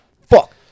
Fuck